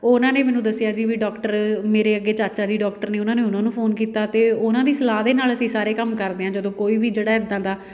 ਉਹਨਾਂ ਨੇ ਮੈਨੂੰ ਦੱਸਿਆ ਜੀ ਵੀ ਡਾਕਟਰ ਮੇਰੇ ਅੱਗੇ ਚਾਚਾ ਜੀ ਡਾਕਟਰ ਨੇ ਉਹਨਾਂ ਨੇ ਉਹਨਾਂ ਨੂੰ ਫੋਨ ਕੀਤਾ ਅਤੇ ਉਹਨਾਂ ਦੀ ਸਲਾਹ ਦੇ ਨਾਲ ਅਸੀਂ ਸਾਰੇ ਕੰਮ ਕਰਦੇ ਹਾਂ ਜਦੋਂ ਕੋਈ ਵੀ ਜਿਹੜਾ ਇੱਦਾਂ ਦਾ